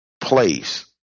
place